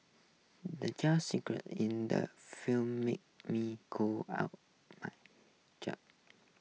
the jump scare in the film made me cough out